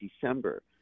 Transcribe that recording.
December